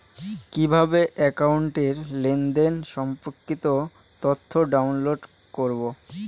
কিভাবে একাউন্টের লেনদেন সম্পর্কিত তথ্য ডাউনলোড করবো?